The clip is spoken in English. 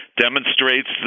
demonstrates